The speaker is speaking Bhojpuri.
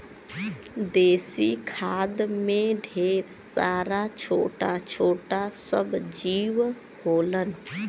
देसी खाद में ढेर सारा छोटा छोटा सब जीव होलन